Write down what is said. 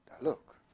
look